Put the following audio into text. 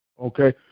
Okay